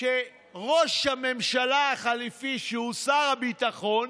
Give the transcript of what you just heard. שראש הממשלה החליפי, שהוא שר הביטחון,